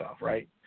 right